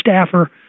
staffer